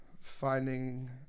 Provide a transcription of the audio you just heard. finding